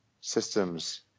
systems